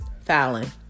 Fallon